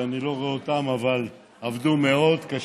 שאני לא רואה אותם, אבל הם עבדו מאוד קשה,